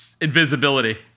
Invisibility